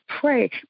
pray